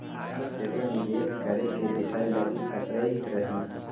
हम सेहो निवेश करेके विषय लागी सपड़इते रही